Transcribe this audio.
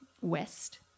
west